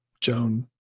Joan